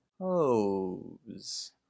Hose